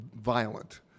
violent